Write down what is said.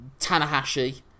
Tanahashi